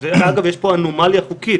אגב, יש פה אנומליה חוקית